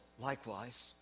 likewise